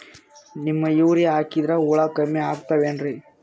Neem urea ಹಾಕದ್ರ ಹುಳ ಕಮ್ಮಿ ಆಗತಾವೇನರಿ?